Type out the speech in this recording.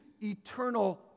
eternal